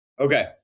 Okay